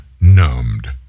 numbed